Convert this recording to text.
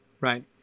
right